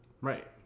Right